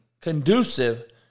conducive